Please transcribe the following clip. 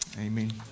Amen